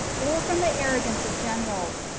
or from the arrogance of generals.